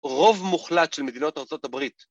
רוב מוחלט של מדינות ארה״ב.